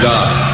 God